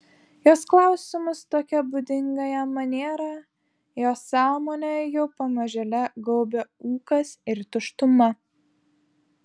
jos klausimus tokia būdinga jam maniera jo sąmonę jau pamažėle gaubė ūkas ir tuštuma